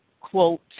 quote